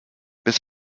bis